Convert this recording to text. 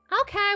Okay